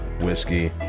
whiskey